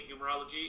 numerology